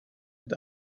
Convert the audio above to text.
mit